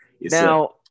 Now